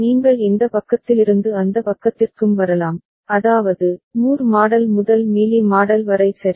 நீங்கள் இந்த பக்கத்திலிருந்து அந்த பக்கத்திற்கும் வரலாம் அதாவது மூர் மாடல் முதல் மீலி மாடல் வரை சரி